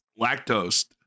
lactose